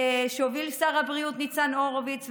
שהוביל שר הבריאות ניצן הורוביץ,